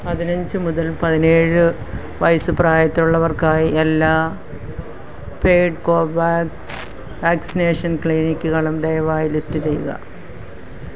പതിനഞ്ച് മുതൽ പതിനേഴ് വയസ്സ് പ്രായത്തിലുള്ളവർക്കായി എല്ലാ പെയ്ഡ് കോവാക്സ് വാക്സിനേഷൻ ക്ലിനിക്കുകളും ദയവായി ലിസ്റ്റ് ചെയ്യുക